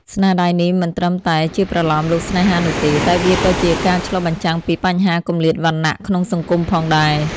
ស្នាដៃនេះមិនត្រឹមតែជាប្រលោមលោកស្នេហានោះទេ តែវាក៏ជាការឆ្លុះបញ្ចាំងពីបញ្ហាគម្លាតវណ្ណៈក្នុងសង្គមផងដែរ។